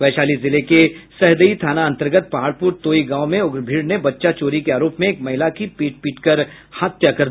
वैशाली जिले के सहदेई थाना अंतर्गत पहाड़पूर तोई गांव में उग्र भीड़ ने बच्चा चोरी के आरोप में एक महिला की पीट पीट कर हत्या कर दी